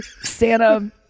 Santa